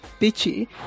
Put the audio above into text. bitchy